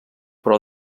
però